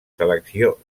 selecció